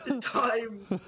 times